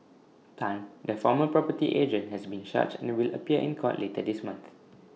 Tan the former property agent has been charged and will appear in court later this month